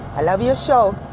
i love your show.